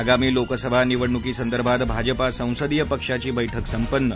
आगामी लोकसभा निवडणुकीसंदर्भात भाजपा संसदीय पक्षाची बैठक संपन्न